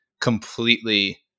completely